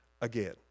again